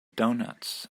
donuts